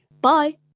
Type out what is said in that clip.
Bye